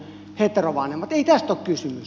ei tästä ole kysymys